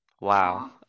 wow